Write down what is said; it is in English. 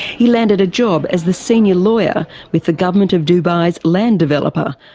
he landed a job as the senior lawyer with the government of dubai's land developer,